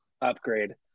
upgrade